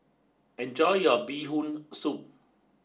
enjoy your Bee Hoon Soup